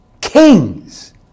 kings